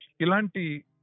Ilanti